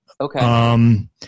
Okay